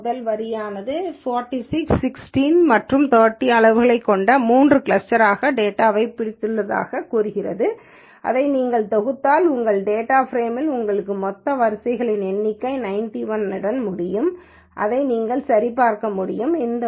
முதல் வரியானது 46 16 மற்றும் 30 அளவுகள் கொண்ட 3 கிளஸ்டர்களாக டேட்டாவைக் பிடித்துள்ளதாக கூறுகிறது இதை நீங்கள் தொகுத்தால் உங்கள் டேட்டாச் பிரேமில் உங்கள் மொத்த வரிசைகளின் எண்ணிக்கை 91யுடன் முடிவடையும் இது நீங்கள் சரிபார்க்க முடியும் அந்த